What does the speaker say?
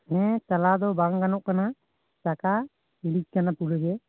ᱦᱮᱸ ᱪᱟᱞᱟᱣ ᱫᱚ ᱵᱟᱝ ᱜᱟᱱᱚᱜ ᱠᱟᱱᱟ ᱪᱟᱠᱟ ᱞᱤᱠ ᱟᱠᱟᱱᱟ ᱯᱩᱨᱟᱹᱜᱮ